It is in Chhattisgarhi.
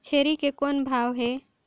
छेरी के कौन भाव हे?